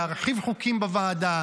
להרחיב חוקים בוועדה,